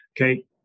okay